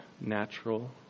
natural